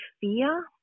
fear